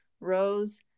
Rose